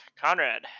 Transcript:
Conrad